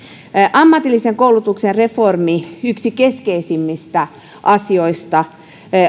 ammatillisen koulutuksen reformin yksi keskeisimmistä asioista